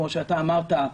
כמו שאמרת,